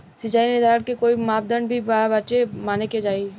सिचाई निर्धारण के कोई मापदंड भी बा जे माने के चाही?